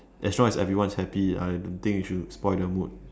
as long as everyone is happy I don't think you should spoil the mood